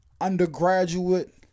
undergraduate